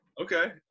Okay